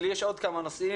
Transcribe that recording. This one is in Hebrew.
לי יש עוד כמה נושאים,